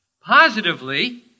Positively